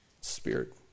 Spirit